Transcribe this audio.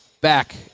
back